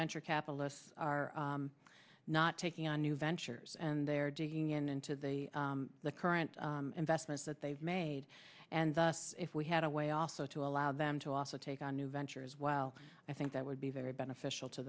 venture capitalists are not taking on new ventures and they're digging into the the current investments that they've made and if we had a way also to allow them to also take on new ventures well i think that would be very beneficial to